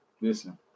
listen